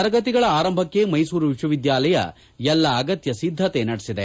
ತರಗತಿಗಳ ಆರಂಭಕ್ಕೆ ಮೈಸೂರು ವಿಶ್ವವಿದ್ಯಾನಿಲಯ ಎಲ್ಲಾ ಅಗತ್ಯ ಸಿದ್ಧತೆ ನಡೆಸಿದೆ